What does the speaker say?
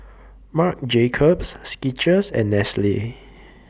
Marc Jacobs Skechers and Nestle